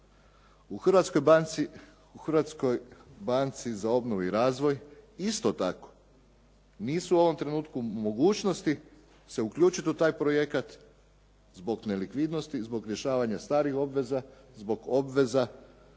U Hrvatskoj banci za obnovu i razvoj isto tako nisu u ovom trenutku u mogućnosti se uključiti u taj projekat zbog nelikvidnosti i zbog rješavanja starih obveza, zbog obveza